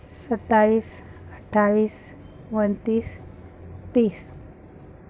ستائیس اٹھائیس انتیس تیس